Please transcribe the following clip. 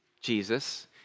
Jesus